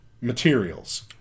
materials